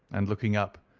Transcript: and looking up,